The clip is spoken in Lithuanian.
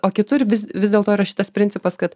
o kitur vis dėlto yra šitas principas kad